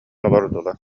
олордулар